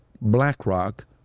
BlackRock